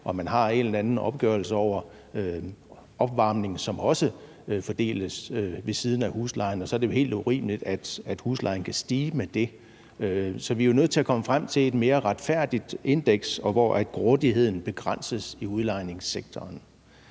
og man har en eller anden opgørelse over opvarmning, som også fordeles ved siden af huslejen, er det jo helt urimeligt, at huslejen kan stige med det. Så vi er jo nødt til at komme frem til et mere retfærdigt indeks, hvor grådigheden i udlejningssektoren